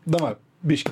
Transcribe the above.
davai biškį